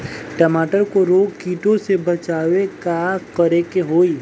टमाटर को रोग कीटो से बचावेला का करेके होई?